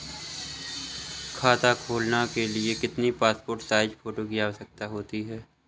खाता खोलना के लिए कितनी पासपोर्ट साइज फोटो की आवश्यकता होती है?